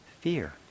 fear